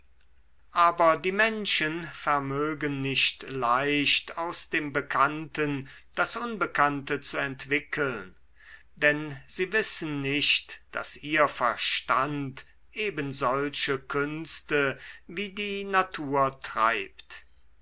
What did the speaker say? aber die menschen vermögen nicht leicht aus dem bekannten das unbekannte zu entwickeln denn sie wissen nicht daß ihr verstand ebensolche künste wie die natur treibt